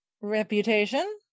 reputation